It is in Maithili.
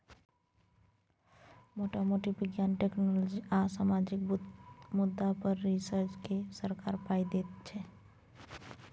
मोटा मोटी बिज्ञान, टेक्नोलॉजी आ सामाजिक मुद्दा पर रिसर्च केँ सरकार पाइ दैत छै